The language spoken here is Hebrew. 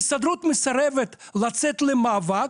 ההסתדרות מסרבת לצאת למאבק,